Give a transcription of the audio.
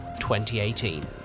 2018